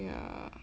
ya